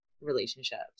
relationships